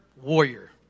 warrior